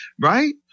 right